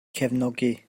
cefnogi